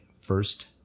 first